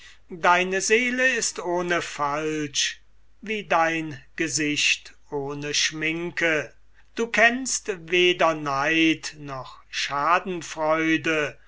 deine seele ist ohne falsch wie dein gesicht ohne schminke du kennst weder neid noch schadenfreude